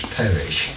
perish